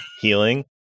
healing